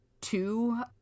two